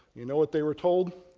you know what they were told?